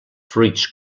fruits